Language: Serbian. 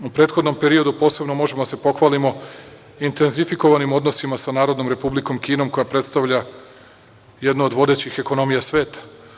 U prethodnom periodu posebno možemo da se pohvalimo intenzifikovanim odnosima sa Narodnom Republikom Kinom, koja predstavlja jednu od vodećih ekonomija sveta.